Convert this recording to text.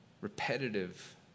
repetitive